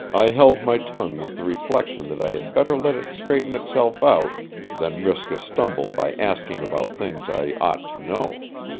i held my tongue with the reflection that i had better let it straighten itself out than risk a stumble by asking about things i ought to know.